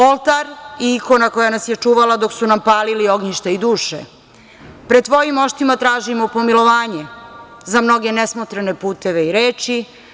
Oltar i ikona koja nas je čuvala dok su nam palili ognjišta i duše, pred tvojim moštima tražimo pomilovanje za mnoge nesmotrene puteve i reči.